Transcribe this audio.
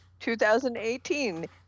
2018